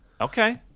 Okay